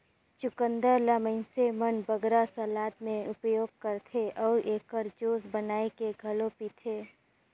चुकंदर ल मइनसे मन बगरा सलाद में उपयोग करथे अउ एकर जूस बनाए के घलो पीथें